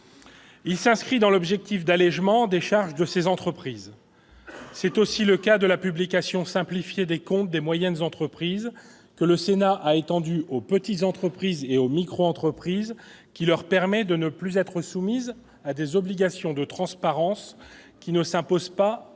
Il s'inscrit dans l'objectif d'allégement des charges de ces entreprises. C'est aussi le cas de la publication simplifiée des comptes des moyennes entreprises, que le Sénat a étendue aux petites entreprises et aux micro-entreprises, leur permettant de ne plus être soumises à des obligations de transparence qui ne s'imposent pas